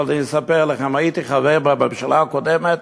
אבל אני אספר לכם: הייתי חבר בממשלה הקודמת